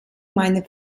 meine